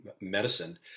medicine